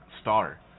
star